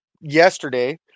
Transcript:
Yesterday